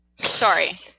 Sorry